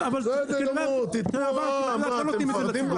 אז תתנו לבנקים הוראה.